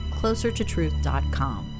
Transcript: closertotruth.com